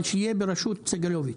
אבל שיהיה בראשות סגלוביץ'.